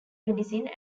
medicine